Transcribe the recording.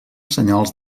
senyals